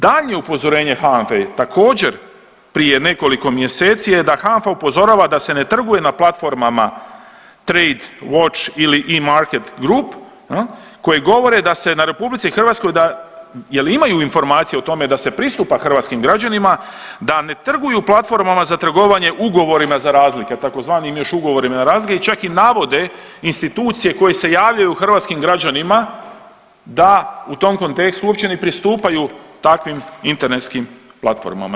Daljnje upozorenje HANFA-e također prije nekoliko mjeseci je da HANFA upozorava da se ne trguje na platformama Trade, Word… ili iMarket Groupe koji govore da se na RH jel imaju informacije o tome da se pristupa hrvatskim građanima da ne trguju platformama za trgovanje ugovorima za razlike tzv. još ugovorima za … čak i navode institucije koje se javljaju hrvatskim građanima da u tom kontekstu uopće ne pristupaju takvim internetskim platformama.